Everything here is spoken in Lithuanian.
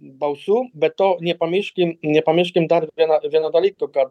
balsų be to nepamirškim nepamirškim dar vieno vieno dalyko kad